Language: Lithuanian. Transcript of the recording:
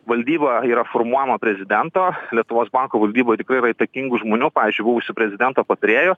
valdyba yra formuojama prezidento lietuvos banko valdyboj tikrai yra įtakingų žmonių pavyzdžiui buvusio prezidento patarėjo